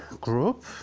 group